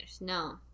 no